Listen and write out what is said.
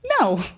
No